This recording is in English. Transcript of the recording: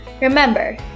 Remember